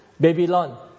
Babylon